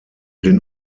den